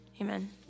Amen